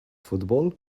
football